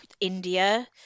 India